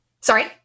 Sorry